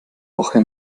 woche